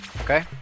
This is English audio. Okay